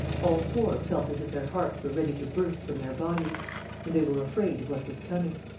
all four felt as if their hearts were ready to burst from their bodies and they were afraid of what was coming.